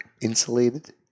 insulated